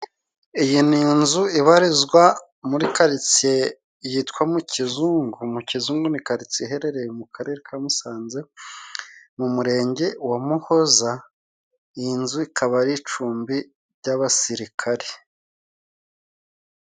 iyi ni inzu ibarizwa muri kariritsiye yitwa mu Kizungu. Mu Kizungu ni karitsiye iherereye mu karere ka Musanze mu murenge wa Muhoza. Iyi nzu ikaba ari icumbi ry'abasirikari.